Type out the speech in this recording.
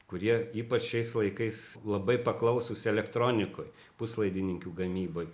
kurie ypač šiais laikais labai paklausūs elektronikoj puslaidininkių gamyboj